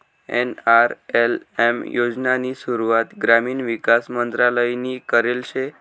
NRLM योजनानी सुरुवात ग्रामीण विकास मंत्रालयनी करेल शे